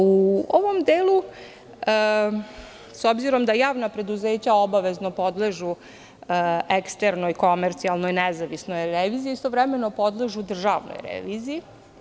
U ovom delu, s obzirom da javna preduzeća obavezno podležu eksternoj, komercijalnoj, nezavisnoj reviziji, istovremeno podležu državnoj reviziji.